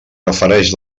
refereix